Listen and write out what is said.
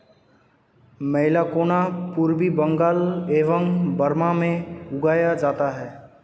मैलाकोना पूर्वी बंगाल एवं बर्मा में उगाया जाता है